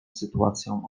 sytuacją